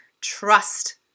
Trust